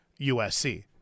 USC